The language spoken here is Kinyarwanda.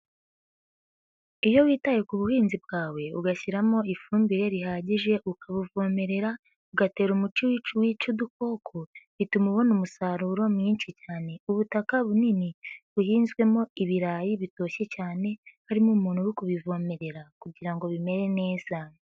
Iyo witaye ku buhinzi bwawe ugashyiramo ifumbire rihagije, ukavomerera, ugatera umuti wica udukoko bituma ubona umusaruro mwinshi cyane. Ubutaka bunini buhinzwemo ibirayi bitoshye cyane, harimo umuntu uri kubivomerera kugira ngo bimere neza.